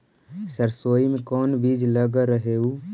सरसोई मे कोन बीज लग रहेउ?